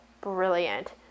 brilliant